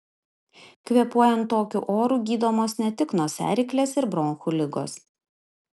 kvėpuojant tokiu oru gydomos ne tik nosiaryklės ir bronchų ligos